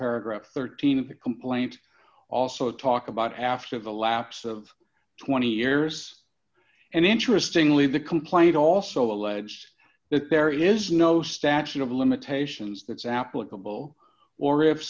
paragraph thirteen of the complaint also talk about after the lapse of twenty years and interestingly the complaint also alleged that there is no statute of limitations that's applicable or if